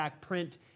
print